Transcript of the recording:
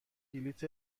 بلیط